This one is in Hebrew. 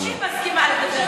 ברור שהיא מסכימה לדבר.